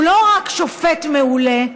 הוא לא רק שופט מעולה,